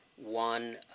one